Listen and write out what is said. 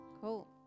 Cool